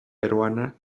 peruana